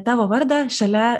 tavo vardą šalia